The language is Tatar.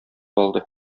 алды